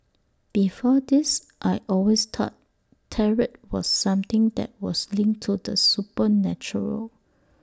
before this I always thought tarot was something that was linked to the supernatural